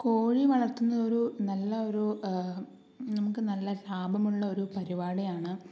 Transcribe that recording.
കോഴിവളർത്തുന്നത് ഒരു നല്ല ഒരു നമുക്ക് നല്ല ലാഭമുള്ള ഒരു പരിപാടിയാണ്